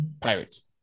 Pirates